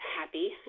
happy